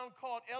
called